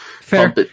fair